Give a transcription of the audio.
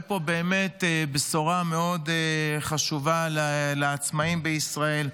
פה באמת בשורה מאוד חשובה לעצמאים בישראל,